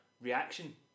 reaction